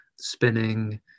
spinning